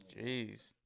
Jeez